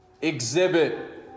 exhibit